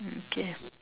okay